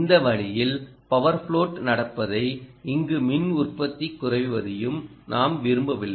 இந்த வழியில் power flow நடப்பதை இங்கு மின் உற்பத்தியைக் குறைவதையும் நாம் விரும்பவில்லை